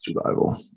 survival